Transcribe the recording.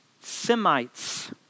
Semites